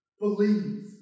Believe